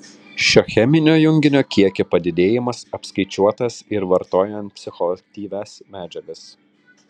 šio cheminio junginio kiekio padidėjimas apskaičiuotas ir vartojant psichoaktyvias medžiagas